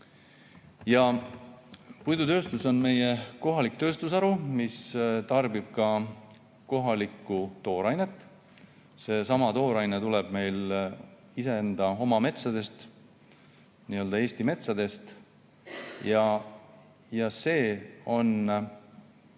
Puidutööstus on meie kohalik tööstusharu, mis tarbib ka kohalikku toorainet. Seesama tooraine tuleb meil iseenda, meie oma metsadest nii-öelda, Eesti metsadest. See on